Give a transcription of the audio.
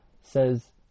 says